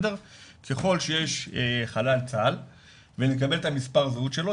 ככל שיש חלל צה"ל ונקבל את מספר הזהות שלו,